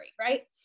right